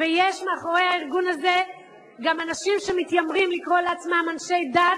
כי אם הייתם פותחים את עיניהן אז גם הבנות והנשים לא היו נותנות את ידן